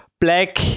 black